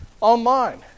online